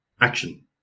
action